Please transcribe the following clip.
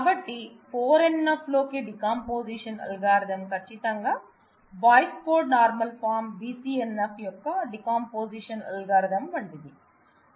కాబట్టి 4 NF లోకి decomposition algorithm ఖచ్చితంగా Boyce Codd normal form BCNF యొక్క డికంపోసిషన్ అల్గారిథం వంటిది